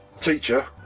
Teacher